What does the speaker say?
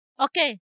Okay